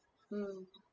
mm